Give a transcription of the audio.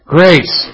Grace